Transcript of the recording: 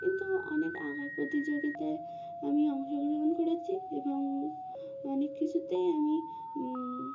কিন্তু অনেক আঁকার প্রতিযোগিতায় আমি অংশগ্রহণ করেছি এবং অনেক কিছুতেই আমি